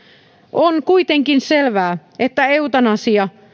on kuitenkin selvää että eutanasia